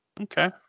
Okay